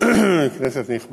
הצעת חוק